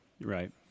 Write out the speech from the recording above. right